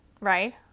right